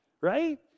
Right